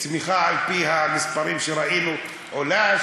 צמיחה על-פי המספרים שראינו עולה,